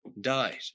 died